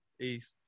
Peace